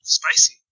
spicy